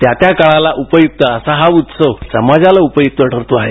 त्या त्या काळाला उपयुक्त असा हा उत्सव समाजाला ही उपयुक्त ठरतो आहे